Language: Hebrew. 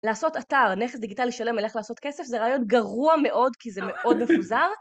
לעשות אתר, נכס דיגיטלי שלם, על איך לעשות כסף, זה רעיון גרוע מאוד, כי זה מאוד מפוזר.